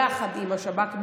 יחד עם השב"כ,